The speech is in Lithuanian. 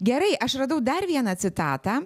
gerai aš radau dar vieną citatą